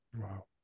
Wow